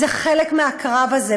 זה חלק מהקרב הזה.